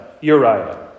Uriah